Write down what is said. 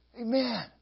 Amen